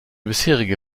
bisherige